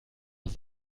aus